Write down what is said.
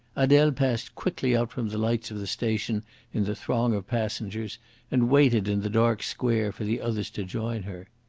adele passed quickly out from the lights of the station in the throng of passengers and waited in the dark square for the others to join her.